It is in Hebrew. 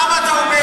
למה אתה אומר?